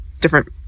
Different